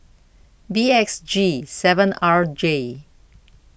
B X G seven R J